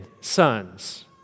sons